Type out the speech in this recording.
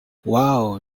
wow